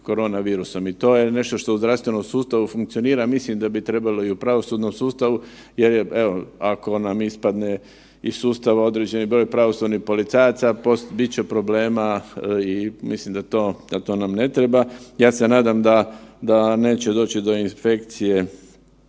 korona virusom i to je nešto što u zdravstvenom sustavu funkcionira, mislim da bi trebalo i u pravosudnom sustavu, jer je evo ako nam ispadne iz sustava određeni broj pravosudnih policajaca bit će problema i mislim da to nam ne treba. Ja se nadam da neće doći do infekcije